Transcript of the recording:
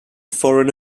foreign